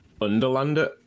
Underlander